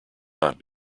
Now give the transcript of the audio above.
not